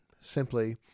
Simply